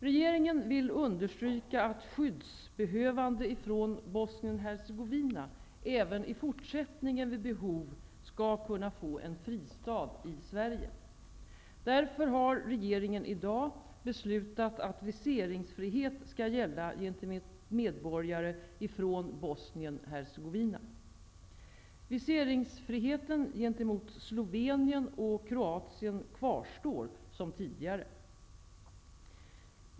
Regeringen vill understryka att skyddsbehövande från Bosnien-Hercegovina även i fortsättningen vid behov skall kunna få en fristad i Sverige. Därför har regeringen i dag beslutat att viseringsfrihet skall gälla gentemot medborgare från Bosnien-Hercegovina. Viseringsfriheten gentemot Slovenien och Kroatien kvarstår som tidigare.